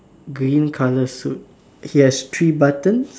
green colour suit yes three buttons